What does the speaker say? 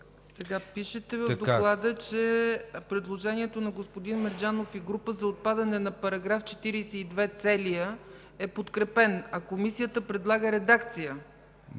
Пишете в доклада, че предложението на господин Мерджанов и група за отпадане на § 42 – целия, е подкрепен, а Комисията предлага редакция